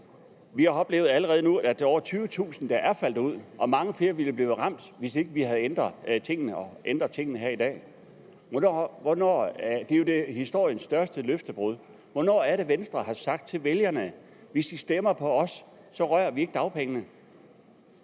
Vi har allerede nu oplevet, at det er over 20.000, der er faldet ud, og mange flere ville blive ramt, hvis ikke vi havde ændret tingene her i dag. Det er jo historiens største løftebrud. Hvornår har Venstre sagt til vælgerne: Hvis I stemmer på os, rører vi ved dagpengene?